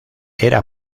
era